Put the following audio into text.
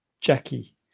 jackie